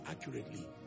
accurately